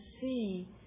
see